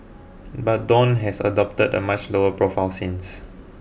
but Dawn has adopted a much lower profile since